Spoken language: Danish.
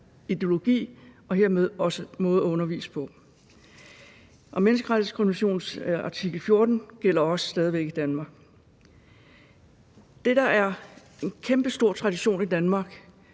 ideologi og dermed også sin egen måde at undervise på. Og menneskerettighedskonventionens artikel 14 gælder også stadig væk i Danmark. Det, der er en kæmpestor tradition i Danmark,